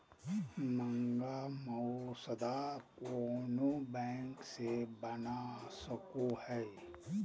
मांग मसौदा कोनो बैंक से बना सको हइ